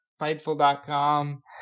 Fightful.com